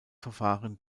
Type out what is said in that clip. verfahren